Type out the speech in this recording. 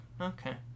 Okay